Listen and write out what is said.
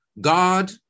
God